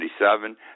1977